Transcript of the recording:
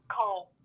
cold